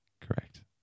Correct